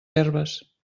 herbes